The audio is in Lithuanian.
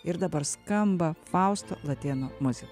ir dabar skamba fausto latėno muzika